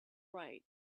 right